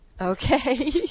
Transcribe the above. Okay